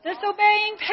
Disobeying